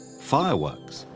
fireworks,